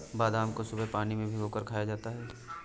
बादाम को सुबह पानी में भिगोकर खाया जाता है